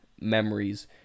memories